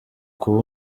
kuba